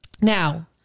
Now